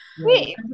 Wait